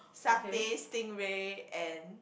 satay stingray and